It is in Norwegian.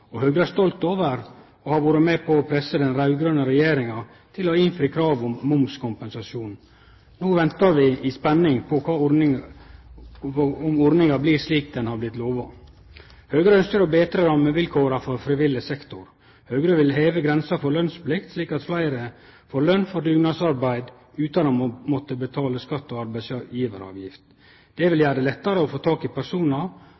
og Høgre er stolt over å ha vore med på å presse den raud-grøne regjeringa til å innfri kravet om momskompensasjon. No ventar vi i spenning på om ordninga blir slik ho er blitt lova. Høgre ønskjer å betre rammevilkåra for frivillig sektor. Høgre vil heve grensa for lønsplikt, slik at fleire får løn for dugnadsarbeid utan å måtte betale skatt og arbeidsgjevaravgift. Det vil gjere det lettare å få personar